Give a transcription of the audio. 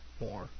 more